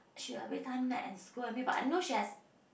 she every time nag and scold me but I know she has